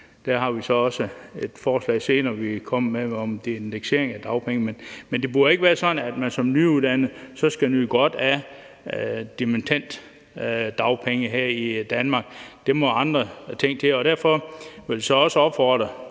Der har vi så også et forslag, som vi vil komme med senere, om indeksering af dagpenge. Men det burde ikke være sådan, at man som nyuddannet skal nyde godt af dimittenddagpenge her i Danmark. Der må andre ting til, og derfor vil vi også opfordre